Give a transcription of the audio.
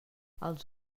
els